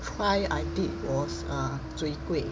try I did was uh chwee kweh